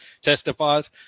testifies